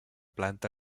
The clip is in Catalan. planta